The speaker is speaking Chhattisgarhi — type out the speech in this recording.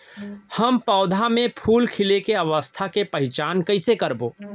हम पौधा मे फूल खिले के अवस्था के पहिचान कईसे करबो